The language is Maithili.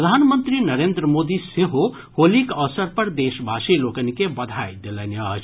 प्रधानमंत्री नरेन्द्र मोदी सेहो होलीक अवसर पर देशवासी लोकनि के बधाई देलनि अछि